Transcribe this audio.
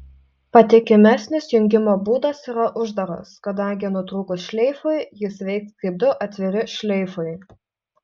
patikimesnis jungimo būdas yra uždaras kadangi nutrūkus šleifui jis veiks kaip du atviri šleifai